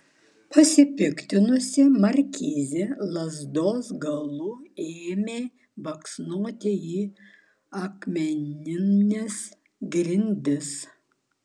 pasipiktinusi markizė lazdos galu ėmė baksnoti į akmenines grindis